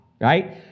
right